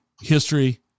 history